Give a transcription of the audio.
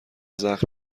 زخم